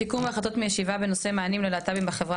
סיכום והחלטות הישיבה בנושא מענים ללהט״בים בחברה